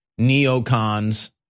neocons